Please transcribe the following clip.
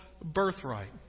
birthright